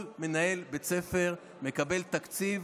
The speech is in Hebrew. כל מנהל בית ספר מקבל תקציב,